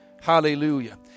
hallelujah